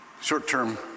short-term